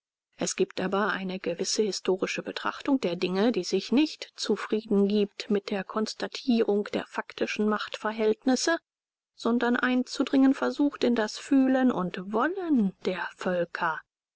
es gibt aber eine gewisse historische betrachtung der dinge die sich nicht zufrieden gibt mit der konstatierung der faktischen machtverhältnisse sondern einzudringen versucht in das fühlen und wollen der völker